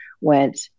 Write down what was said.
went